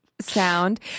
sound